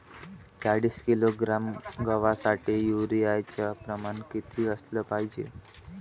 चाळीस किलोग्रॅम गवासाठी यूरिया च प्रमान किती असलं पायजे?